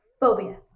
phobia